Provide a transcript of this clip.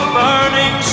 burning